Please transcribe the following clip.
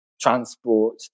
transport